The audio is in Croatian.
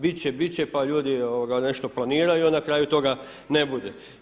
Bit će, bit će, pa ljudi nešto planiraju, onda na kraju toga ne bude.